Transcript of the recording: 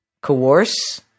coerce